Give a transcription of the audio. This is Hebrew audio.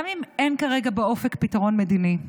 גם אם אין כרגע באופק פתרון מדיני,